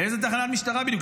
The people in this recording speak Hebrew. לאיזו תחנת משטרה בדיוק?